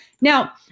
Now